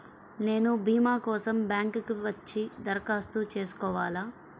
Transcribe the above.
నేను భీమా కోసం బ్యాంక్కి వచ్చి దరఖాస్తు చేసుకోవాలా?